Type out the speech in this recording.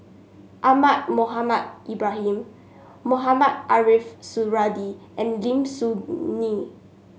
Ahmad Mohamed Ibrahim Mohamed Ariff Suradi and Lim Soo Ngee